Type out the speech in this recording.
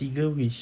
tiga wish